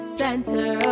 center